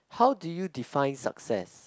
how do you define success